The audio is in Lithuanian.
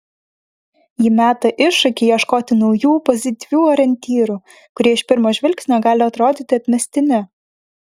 ji meta iššūkį ieškoti naujų pozityvių orientyrų kurie iš pirmo žvilgsnio gali atrodyti atmestini